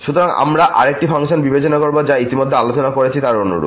সুতরাং আমরা আরেকটি ফাংশন বিবেচনা করব যা আমরা ইতিমধ্যে আলোচনা করেছি তার অনুরূপ